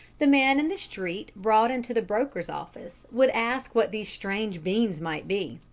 the man in the street brought into the broker's office would ask what these strange beans might be.